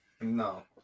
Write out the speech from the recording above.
No